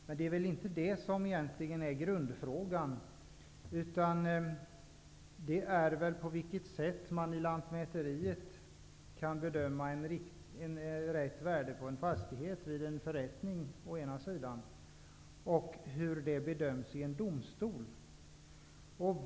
Men detta är egentligen inte grundfrågan, utan den är på vilket sätt man vid lantmäteriet å ena sidan kan bedöma ett rätt värde på en fastighet vid en förrättning och å andra sidan hur värdet bedöms i en domstol.